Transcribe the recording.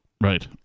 Right